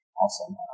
awesome